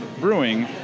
brewing